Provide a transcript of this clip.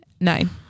nine